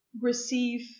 receive